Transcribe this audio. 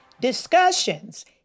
discussions